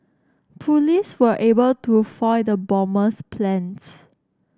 police were able to foil the plans